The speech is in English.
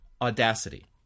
Audacity